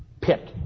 pit